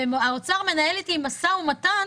והאוצר מנהל איתי משא ומתן